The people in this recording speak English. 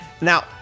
Now